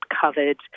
covered